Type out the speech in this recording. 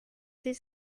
his